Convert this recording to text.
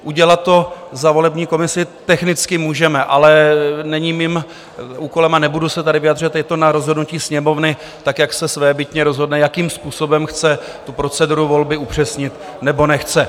Udělat to za volební komisi technicky můžeme, ale není mým úkolem a nebudu se tady vyjadřovat, je to na rozhodnutí Sněmovny, jak se svébytně rozhodne, jakým způsobem chce proceduru volby upřesnit, nebo nechce.